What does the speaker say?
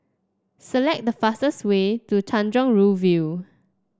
select the fastest way to Tanjong Rhu View